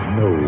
no